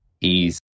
ease